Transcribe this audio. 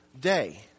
day